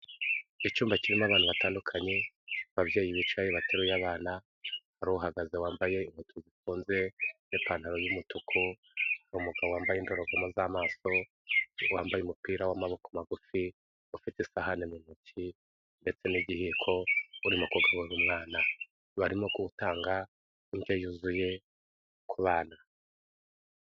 Icyumba kirimo abantu batandukanye, ababyeyi bicaye bateruye abana, hari uhagaze wambaye inkweto zifunze n'ipantaro y'umutuku, n'umugabo wambaye indorerwamo z'amaso, wambaye umupira w'amaboko magufi, ufite isahani mu ntoki ndetse n'igihiko, n'undi mukobwa uri kumwe n' umwana, barimo kutanga indyo yuzuye ku bana.